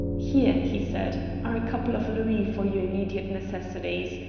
here, he said, are a couple of louis for your immediate necessities.